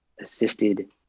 assisted